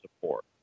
support